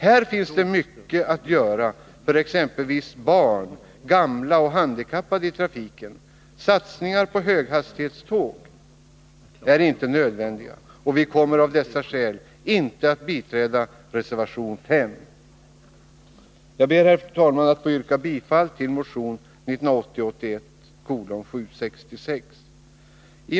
Här finns mycket att göra för exempelvis barn, gamla och handikappade i trafiken. Satsningen på höghastighetståg är inte nödvändig, och vi kommer av dessa skäl inte att biträda reservationen 5. Jag ber, herr talman, att få yrka bifall till motion 1980/81:766. Herr talman!